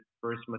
first